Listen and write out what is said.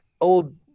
old